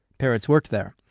peretz worked there.